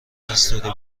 استوری